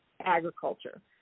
agriculture